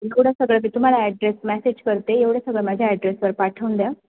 एवढं सगळं मी तुम्हाला ॲड्रेस मॅसेज करते एवढं सगळं माझ्या ॲड्रेसवर पाठवून द्या